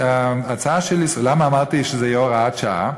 ההצעה שלי, למה אמרתי שזה יהיה הוראת שעה?